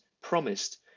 promised